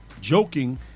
joking